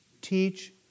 teach